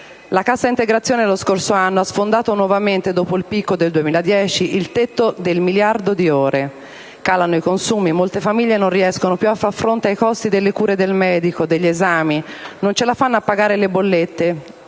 La cassa integrazione, lo scorso anno, ha sfondato nuovamente - dopo il picco del 2010 - il tetto del miliardo di ore. Calano i consumi, molte famiglie non riescono più a far fronte ai costi delle cure del medico e degli esami, non ce la fanno a pagare le bollette